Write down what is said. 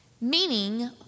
Meaning